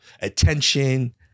attention